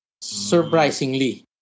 Surprisingly